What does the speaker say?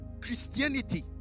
Christianity